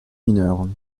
mineurs